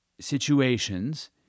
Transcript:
situations